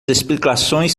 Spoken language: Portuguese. explicações